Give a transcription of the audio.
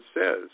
says